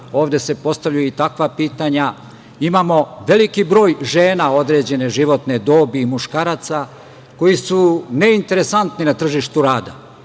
ovde se postavljaju i takva pitanja, imamo veliki broj žena određene životne dobi i muškaraca, koji su neinteresantni na tržištu